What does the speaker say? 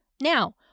Now